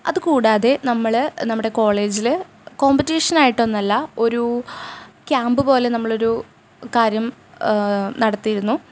അതുകൂടാതെ നമ്മൾ നമ്മുടെ കോളേജിൽ കോമ്പറ്റീഷൻ ആയിട്ടൊന്നുമല്ല ഒരു ക്യാമ്പ് പോലെ നമ്മളൊരു കാര്യം നടത്തിയിരുന്നു